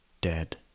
dead